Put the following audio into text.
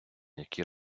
які